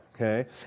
Okay